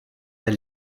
der